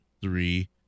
three